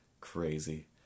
crazy